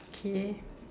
okay